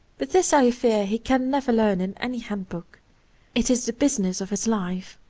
but this i fear he can never learn in any hand-book it is the business of his life.